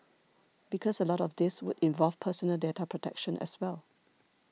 because a lot of this would involve personal data protection as well